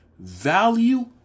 Value